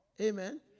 amen